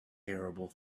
terrible